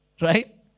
right